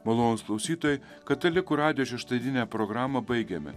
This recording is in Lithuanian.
malonūs klausytojai katalikų radijo šeštadieninę programą baigiame